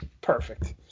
Perfect